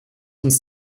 uns